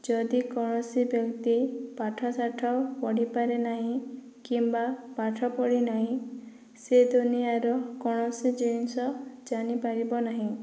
ଯଦି କୌଣସି ବ୍ୟକ୍ତି ପାଠସାଠ ପଢ଼ିପାରେ ନାହିଁ କିମ୍ବା ପାଠ ପଢ଼ି ନାହିଁ ସେ ଦୁନିଆଁର କୌଣସି ଜିନିଷ ଜାଣିପାରିବ ନାହିଁ